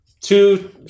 Two